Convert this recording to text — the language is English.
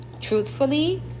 truthfully